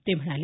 ते म्हणाले